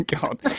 God